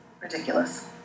ridiculous